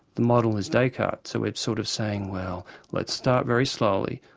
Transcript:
the model is descartes, so we're sort of saying well, let's start very slowly,